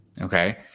Okay